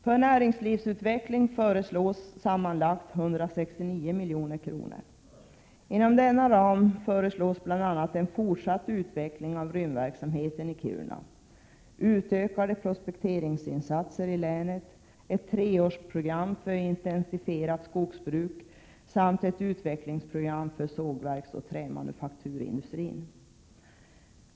För näringslivsutveckling föreslås sammanlagt 169 milj.kr. Inom denna ram föreslås bl.a. fortsatt utveckling av rymdverksamheten i Kiruna, utökade prospekteringsinsatser i länet, ett treårsprogram för intensifierat skogsbruk samt ett utvecklingsprogram för sågverksoch trämanufakturindustrin.